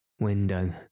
Window